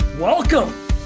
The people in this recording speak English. Welcome